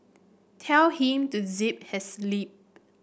tell him to zip his lip